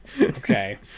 Okay